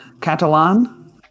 Catalan